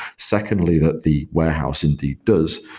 secondly, that the warehouse indeed does.